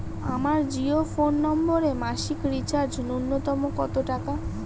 আমার জিও ফোন নম্বরে মাসিক রিচার্জ নূন্যতম কত টাকা?